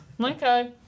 okay